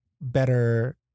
better